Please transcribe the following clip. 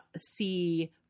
see